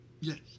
Yes